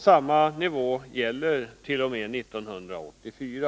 Samma nivå gäller t.o.m. 1984.